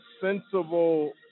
sensible